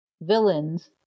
villains